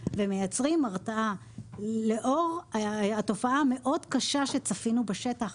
ומייצרים הרתעה לאור התופעה המאוד קשה שצפינו בשטח.